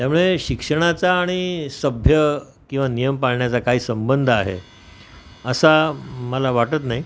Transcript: त्यामुळे शिक्षणाचा आणि सभ्य किंवा नियम पाळण्याचा काही संबंध आहे असा मला वाटत नाही